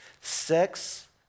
Sex